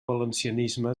valencianisme